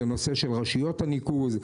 זה נושא רשויות הניקוז,